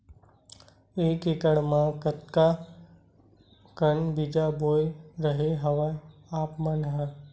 एक एकड़ म कतका अकन बीज बोए रेहे हँव आप मन ह?